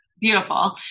Beautiful